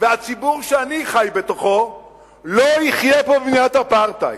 והציבור שאני חי בתוכו לא יחיה פה במדינת אפרטהייד.